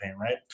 right